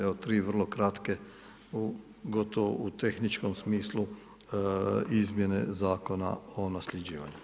Evo tri vrlo kratke gotovo u tehničkom smislu izmjene Zakona o nasljeđivanju.